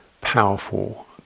powerful